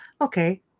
okay